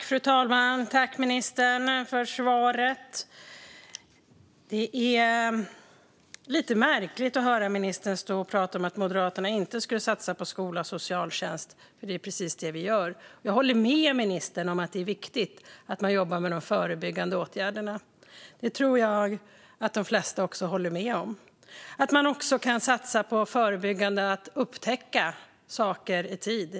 Fru talman! Tack, ministern, för svaret! Det är lite märkligt att höra ministern stå och prata om att Moderaterna inte skulle satsa på skola och socialtjänst; det är precis det vi gör. Jag håller med ministern om att det är viktigt att man jobbar med de förebyggande åtgärderna. Det tror jag att de flesta håller med om - att man också kan satsa på att förebygga och att upptäcka saker i tid.